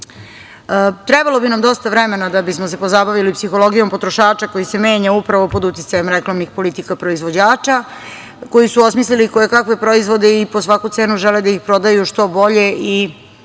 bi nam dosta vremena da bismo se pozabavili psihologijom potrošača koji se menja upravo pod uticajem reklamnih politika proizvođača koji su osmislili kojekakve proizvode i po svaku cenu žele da ih prodaju što bolje i